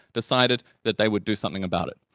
decided that they would do something about it.